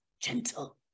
gentle